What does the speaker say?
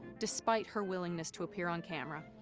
despite her willingness to appear on camera,